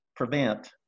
Prevent